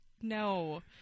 no